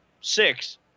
six